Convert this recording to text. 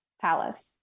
palace